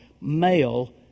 male